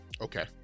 okay